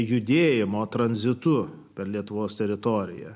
judėjimo tranzitu per lietuvos teritoriją